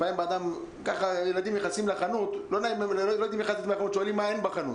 לפעמים ילדים נכנסים לחנות, שואלים מה אין בחנות.